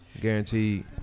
guaranteed